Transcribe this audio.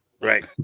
Right